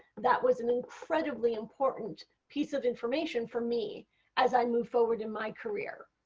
that was an incredibly important piece of information for me as i moved forward in my career.